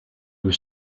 was